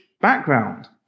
background